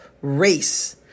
race